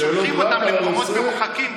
אז שולחים אותם למקומות מרוחקים,